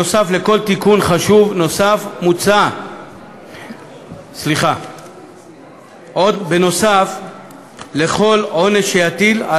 נוסף על כל עונש שיטיל,